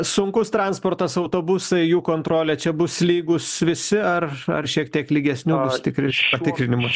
sunkus transportas autobusai jų kontrolė čia bus lygūs visi ar ar šiek tiek lygesniovus tikri patikrinimai